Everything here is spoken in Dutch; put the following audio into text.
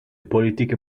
politieke